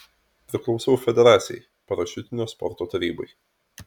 priklausau federacijai parašiutinio sporto tarybai